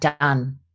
done